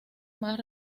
más